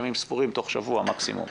כלומר תוך שבוע מקסימום?